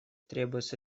требуется